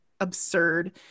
absurd